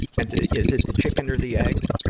and, ah, is it the chicken or the egg?